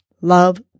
Love